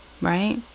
right